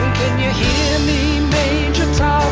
you hear me, major tom?